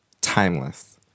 timeless